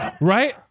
Right